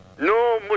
No